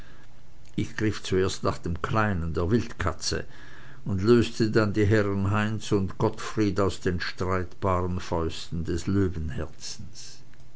ich griff zuerst nach dem kleinen der wildkatze und löste dann die herren heinz und gottfried aus den streitbaren fausten des